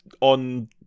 on